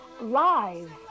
live